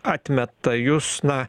atmeta jus na